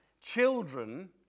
children